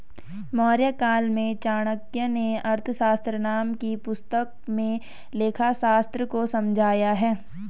मौर्यकाल में चाणक्य नें अर्थशास्त्र नाम की पुस्तक में लेखाशास्त्र को समझाया है